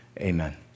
amen